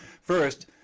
First